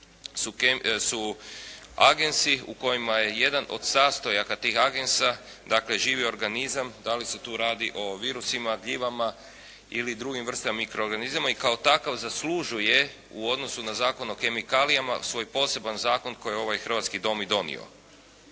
su agensi u kojima je jedan od sastojaka tih agensa dakle živi organizam. da li se tu radi o virusima, gljivama ili drugim vrstama mikroogranizama i kao takav zaslužuje u odnosu na Zakon o kemikalijama svoj poseban zakon koji je ovaj hrvatski Dom i donio.